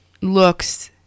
looks